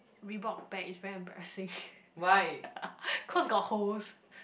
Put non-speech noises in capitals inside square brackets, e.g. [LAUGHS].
Reebok bag is very embarrassing [LAUGHS] cause got holes